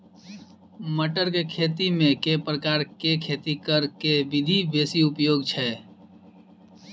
मटर केँ खेती मे केँ प्रकार केँ खेती करऽ केँ विधि बेसी उपयोगी छै?